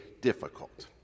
difficult